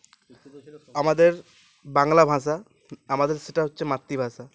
আমাদের বাংলা ভাষা আমাদের সেটা হচ্ছে মাতৃভাষা